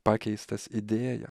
pakeistas idėja